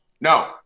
No